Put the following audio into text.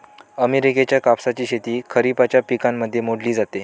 अमेरिकेच्या कापसाची शेती खरिपाच्या पिकांमध्ये मोडली जाते